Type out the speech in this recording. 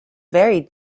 very